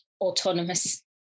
autonomous